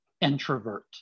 introvert